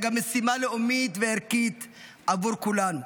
גם משימה לאומית וערכית עבור כולנו.